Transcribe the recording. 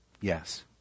Yes